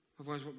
Otherwise